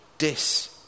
Dis